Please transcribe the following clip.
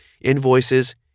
invoices